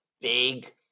big